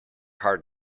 hard